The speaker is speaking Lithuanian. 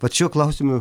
vat šiuo klausimu